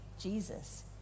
Jesus